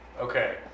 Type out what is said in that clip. Okay